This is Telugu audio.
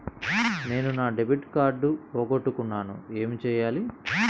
నేను నా డెబిట్ కార్డ్ పోగొట్టుకున్నాను ఏమి చేయాలి?